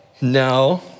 No